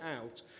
out